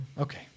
Okay